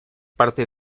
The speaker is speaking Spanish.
parte